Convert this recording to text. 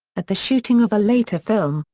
at the shooting of a later film,